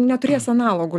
neturės analogų